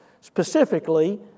specifically